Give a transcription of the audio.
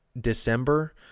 December